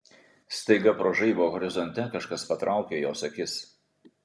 staiga pro žaibą horizonte kažkas patraukė jos akis